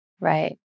Right